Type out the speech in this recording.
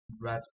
red